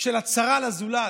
לצרה של הזולת.